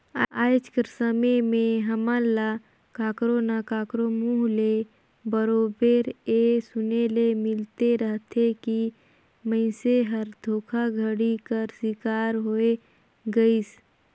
आएज कर समे में हमन ल काकरो ना काकरो मुंह ले बरोबेर ए सुने ले मिलते रहथे कि मइनसे हर धोखाघड़ी कर सिकार होए गइस